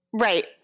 Right